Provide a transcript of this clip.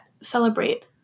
Celebrate